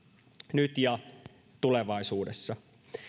nyt ja tulevaisuudessa